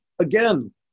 Again